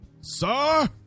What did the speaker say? sir